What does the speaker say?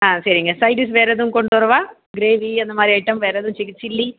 சரிங்க side dish வேறு ஏதும் கொண்டு வரவா கிரேவி அந்த மாதிரி ஐட்டம் வேறு ஏதாவது சிக் சில்லி